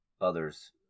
Others